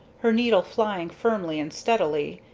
her needle flying firmly and steadily,